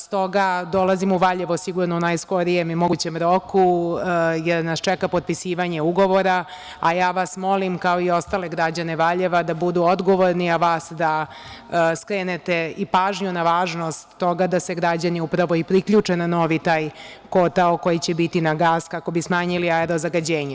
Stoga dolazim u Valjevo sigurno u najskorijem mogućem roku, jer nas čeka potpisivanje ugovora, a ja vas molim, kao i ostale građane Valjeva da budu odgovorni, a vas da skrenete i pažnju na važnost toga da se građani upravo i priključe na novi taj kotao koji će biti na gas, kako bi smanjili aerozagađenje.